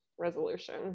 resolution